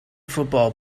football